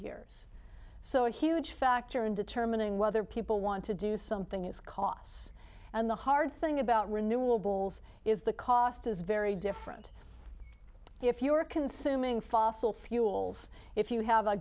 years so a huge factor in determining whether people want to do something is costs and the hard thing about renewables is the cost is very different if you are consuming fossil fuels if you have a